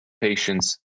patience